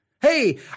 Hey